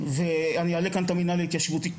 ואני מעלה כאן את המנהל ההתיישבותי,